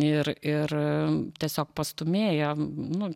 ir ir tiesiog pastūmėjo nu